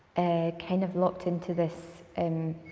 ah kind of locked into this. and